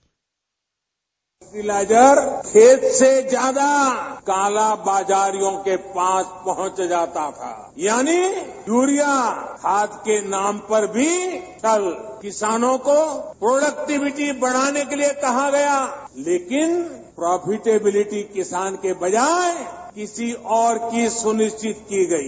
bite fertilizer खेत से ज्यादा काला बाजारियों के पास पहुंच जाता था यानी यूरिया खाद के नाम पर भी छल किसानों को प्रोडक्टीविटी बढ़ाने के लिए कहा गया लेकिन प्रोफेटीविलिटी किसान के बजाय किसी और को सुनिश्चित की गई